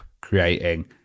creating